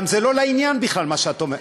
גם זה לא לעניין בכלל מה שאת אומרת.